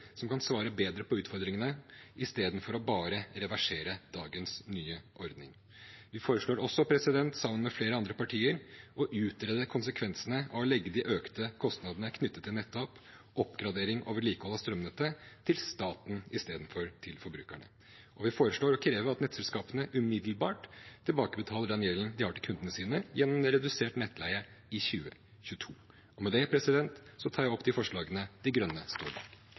som kan svare bedre på utfordringene, i stedet for bare å reversere dagens nye ordning. Vi foreslår også, sammen med flere andre partier, å utrede konsekvensene av å legge de økte kostnadene knyttet til nettap, oppgradering og vedlikehold av strømnettet til staten i stedet for til forbrukerne. Og vi foreslår å kreve at nettselskapene umiddelbart tilbakebetaler den gjelden de har til kundene sine, gjennom redusert nettleie i 2022. Med det tar jeg opp forslaget til Miljøpartiet De Grønne.